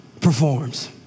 performs